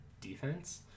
defense